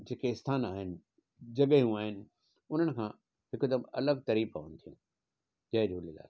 जेके स्थान आहिनि जॻहियूं आहिनि उन्हनि खां हिकदमु अलॻि तरह पहुंदियूं जय झूलेलाल